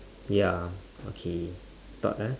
ya okay thought ah